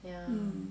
hmm